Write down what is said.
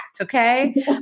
okay